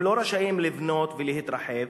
הם לא רשאים לבנות ולהתרחב,